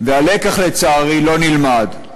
והלקח, לצערי, לא נלמד.